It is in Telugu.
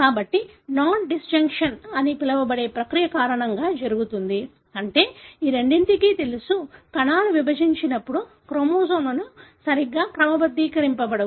కాబట్టి నాన్ డిస్ జంక్షన్ అని పిలవబడే ప్రక్రియ కారణంగా ఇది జరుగుతుంది అంటే ఈ రెండింటికి తెలుసు కణాలు విభజించినప్పుడు క్రోమోజోము లు సరిగా క్రమబద్ధీకరించబడవు